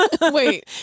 Wait